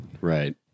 Right